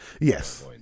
yes